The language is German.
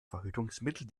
verhütungsmittel